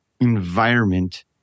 environment